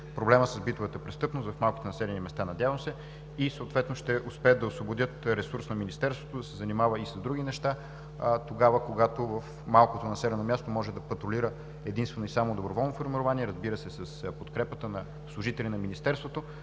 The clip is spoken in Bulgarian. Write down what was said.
проблема с битовата престъпност в малките населени места, надявам се, и съответно ще успеят да освободят ресурс на Министерството да се занимава и с други неща тогава, когато в малкото населено място може да патрулира единствено и само доброволно формирование. Разбира се, с подкрепата на служители на Министерството,